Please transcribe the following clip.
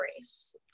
race